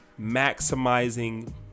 maximizing